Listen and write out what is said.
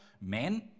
men